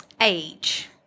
age